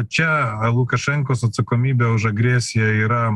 čia lukašenkos atsakomybė už agresiją yra